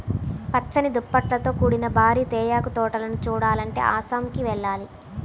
పచ్చని దుప్పట్లతో కూడిన భారీ తేయాకు తోటలను చూడాలంటే అస్సాంకి వెళ్ళాలి